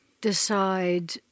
decide